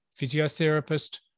physiotherapist